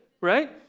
Right